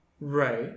Right